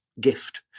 gift